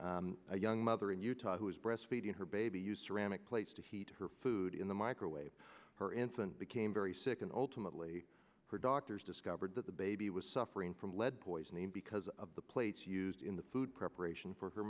me a young mother in utah who is breastfeeding her baby used ceramic plates to heat her food in the microwave her infant became very sick and ultimately her doctors discovered that the baby was suffering from lead poisoning because of the plates used in the food preparation for her